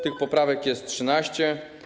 Tych poprawek jest 13.